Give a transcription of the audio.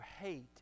hate